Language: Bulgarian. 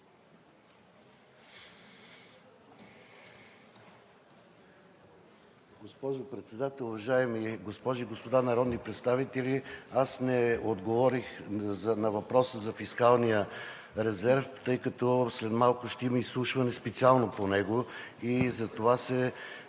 Госпожо Председател, уважаеми госпожи и господа народни представители! Аз не отговорих на въпроса за фискалния резерв, тъй като след малко ще има изслушване специално по него, затова се